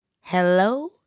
Hello